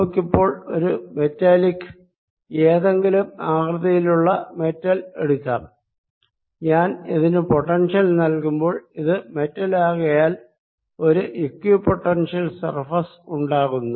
നമുക്കിപ്പോൾ ഒരു മെറ്റാലിക് ഏതെങ്കിലും ആകൃതിയിലുള്ള മെറ്റൽ എടുക്കാം ഞാൻ ഇതിന് പൊട്ടൻഷ്യൽ നൽകുമ്പോൾ ഇത് മെറ്റൽ ആകയാൽ ഒരു ഇ ക്വിപൊട്ടൻഷ്യൽ സർഫേസ് ഉണ്ടാകുന്നു